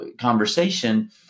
conversation